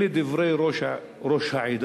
אלה דברי ראש העדה